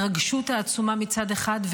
ההתרגשות העצומה, מצד אחד.